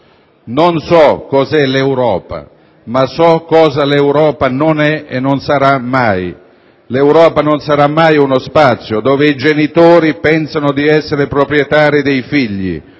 non so cos'è l'Europa, ma so cosa l'Europa non è e non sarà mai. L'Europa non sarà mai uno spazio dove i genitori pensano di essere proprietari dei figli,